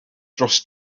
dros